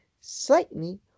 slightly